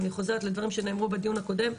אני חוזרת לדברים שנאמרו בדיון הקודם,